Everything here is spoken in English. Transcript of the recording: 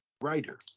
writer